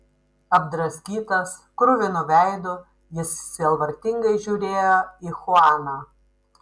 apdraskytas kruvinu veidu jis sielvartingai žiūrėjo į chuaną